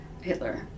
Hitler